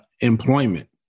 employment